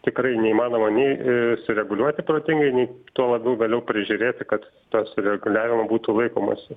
tikrai neįmanoma nei sureguliuoti protingai nei tuo labiau vėliau prižiūrėti kad tos reguliavimo būtų laikomasi